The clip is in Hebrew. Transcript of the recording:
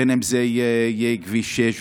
בין שזה כביש 6,